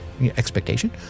expectation